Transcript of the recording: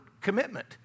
commitment